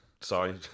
Sorry